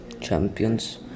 champions